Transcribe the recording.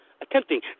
attempting